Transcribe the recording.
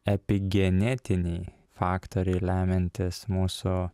epigenetiniai faktoriai lemiantys mūsų